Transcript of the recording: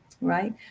right